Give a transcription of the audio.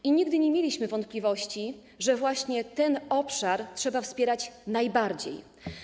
I nigdy nie mieliśmy wątpliwości, że właśnie ten obszar trzeba wspierać najbardziej.